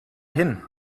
hin